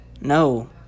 No